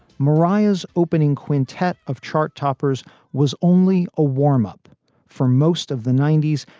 mariah's opening quintet of chart toppers was only a warm up for most of the ninety s.